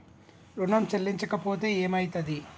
ఋణం చెల్లించకపోతే ఏమయితది?